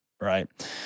right